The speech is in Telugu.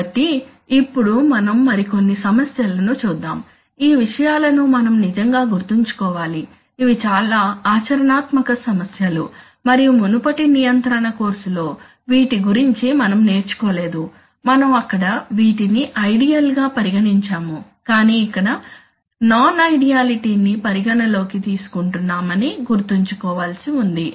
కాబట్టి ఇప్పుడు మనం మరికొన్ని సమస్యలను చూద్దాం ఈ విషయాలను మనం నిజంగా గుర్తుంచుకోవాలి అవి చాలా ఆచరణాత్మక సమస్యలు మరియు మునుపటి నియంత్రణ కోర్సులో వీటి గురించి మనం నేర్చుకోలేదు మనం అక్కడ వీటిని ఐడియల్ గా పరిగణించాము కాని ఇక్కడ నాన్ ఐడియాలిటీ ని పరిగణ లోకి తీసుకుంటున్నామని గుర్తుంచు కోవాల్సి ఉంది